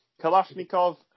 Kalashnikov